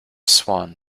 swan